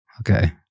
Okay